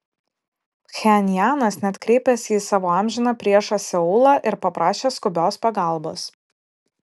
pchenjanas net kreipėsi į savo amžiną priešą seulą ir paprašė skubios pagalbos